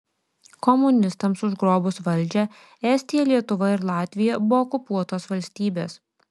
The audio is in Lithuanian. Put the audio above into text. komunistams užgrobus valdžią estija lietuva ir latvija buvo okupuotos valstybės